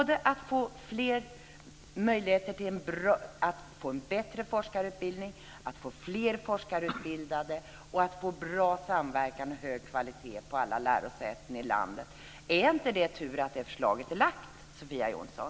De ger möjlighet både till en bättre forskarutbildning och fler forskarutbildade och till bra samverkan med hög kvalitet på alla lärosäten i landet. Är det inte tur att detta förslag har lagts fram, Sofia Jonsson?